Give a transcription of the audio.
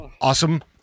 Awesome